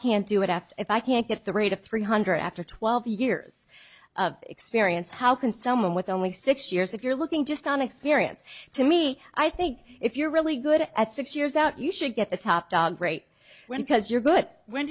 can't do it after if i can't get the rate of three hundred after twelve years of experience how can someone with only six years if you're looking just on experience to me i think if you're really good at six years out you should get the top dog rate win because you're good when